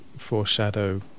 foreshadow